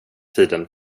tiden